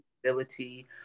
ability